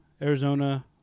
Arizona